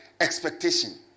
expectation